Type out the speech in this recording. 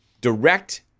direct